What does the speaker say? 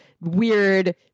weird